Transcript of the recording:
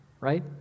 right